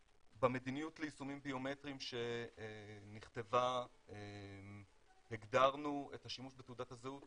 במדיניות ליישומים ביומטריים שנכתבה הגדרנו את השימוש בתעודת הזהות